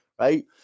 Right